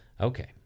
okay